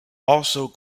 also